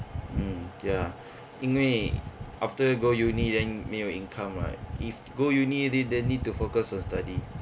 mm ya 因为 after go uni then 没有 income right if go uni already then need to focus on study